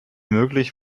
möglich